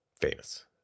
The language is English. famous